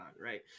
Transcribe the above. right